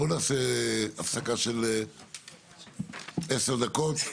בואו נעשה הפסקה של עשר דקות.